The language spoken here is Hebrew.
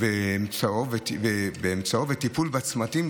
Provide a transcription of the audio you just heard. ולטיפול בצמתים,